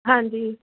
ਹਾਂਜੀ